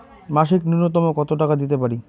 মাসিক নূন্যতম কত টাকা দিতে পারি?